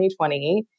2020